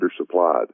undersupplied